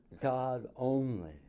God-only